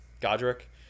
Godric